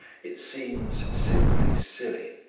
it seems simply silly,